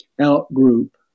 out-group